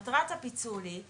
מטרת הפיצול היא,